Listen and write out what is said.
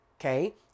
Okay